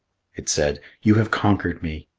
it said, you have conquered me.